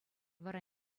вара